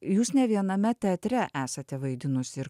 jūs ne viename teatre esate vaidinus ir